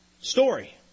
story